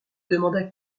demanda